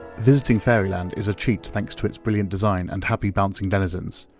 visiting fairyland is a treat thanks to its brilliant design and happy, bouncing denizens.